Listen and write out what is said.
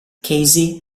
casey